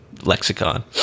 lexicon